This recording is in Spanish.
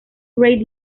reid